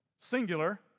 singular